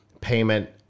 payment